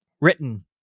written